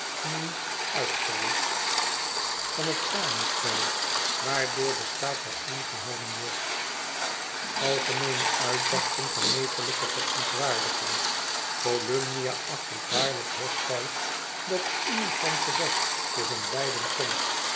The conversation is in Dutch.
uitgewischt van het samenstel waardoor de staat bijeengehouden wordt algemeene uitbarsting van neeflijke verontwaardiging volumnia acht het waarlijk hoog tijd dat er iemand van gezag tusschen beiden komt